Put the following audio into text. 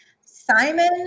Simon